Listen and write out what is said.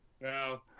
No